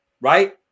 right